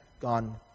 gone